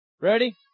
Ready